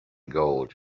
gold